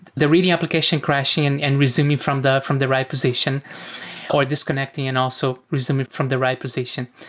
the reading application crashing and and resuming from the from the write position or disconnecting and also resuming from the write position.